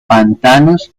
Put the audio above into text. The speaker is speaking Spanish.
pantanos